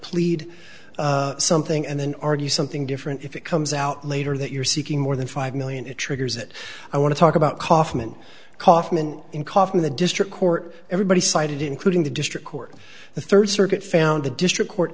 plead something and then argue something different if it comes out later that you're seeking more than five million it triggers it i want to talk about kaufman kaufman in kaufman the district court everybody cited including the district court the third circuit found the district court